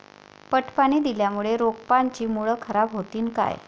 पट पाणी दिल्यामूळे रोपाची मुळ खराब होतीन काय?